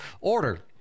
order